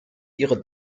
ihre